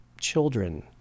children